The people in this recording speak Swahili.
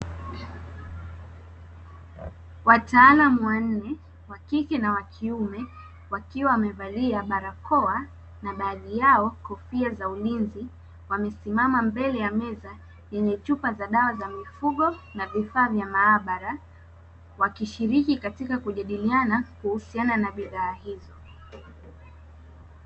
Wataalamu wanne wa kike na wa kiume wakiwa wamevalia barakoa na baadhi yao kofia za ulinzi wamesimama mbele ya meza yenye chupa za dawa za mifugo na vifaa vya maabara wakishiriki katika kujadiliana kuhusiana na bidhaa hizo.